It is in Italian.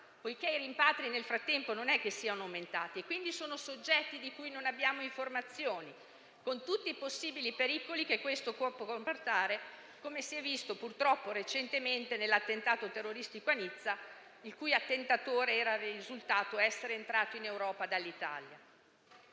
perché i rimpatri nel frattempo non sono aumentati. Sono quindi soggetti di cui non abbiamo informazioni, con tutti i possibili pericoli che questo può comportare, come si è visto purtroppo recentemente nell'attentato terroristico a Nizza, il cui autore era risultato essere entrato in Europa dall'Italia.